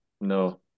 no